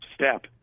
step